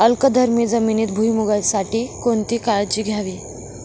अल्कधर्मी जमिनीत भुईमूगासाठी कोणती काळजी घ्यावी?